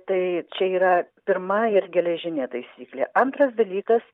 tai čia yra pirma ir geležinė taisyklė antras dalykas